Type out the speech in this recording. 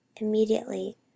immediately